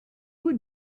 would